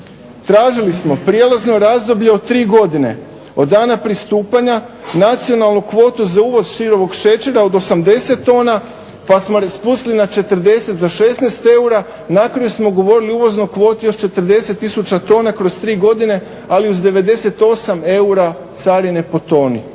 Tražili smo prijelazno razdoblje od tri godine od dana pristupanja nacionalnu kvotu za uvoz sirovog šećera od 80 tona pa smo spustili na 40 za 16 eura. Na kraju smo ugovorili uvoznu kvotu još 40 tisuća tona kroz tri godine ali uz 98 eura carine po toni.